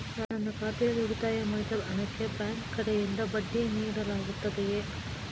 ನನ್ನ ಖಾತೆಯಲ್ಲಿ ಉಳಿತಾಯ ಮಾಡಿದ ಹಣಕ್ಕೆ ಬ್ಯಾಂಕ್ ಕಡೆಯಿಂದ ಬಡ್ಡಿ ನೀಡಲಾಗುತ್ತದೆಯೇ?